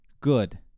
good